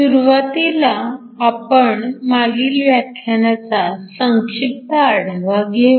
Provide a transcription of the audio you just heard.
सुरुवातीला आपण मागील व्याख्यानाचा संक्षिप्त आढावा घेऊ